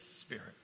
spirit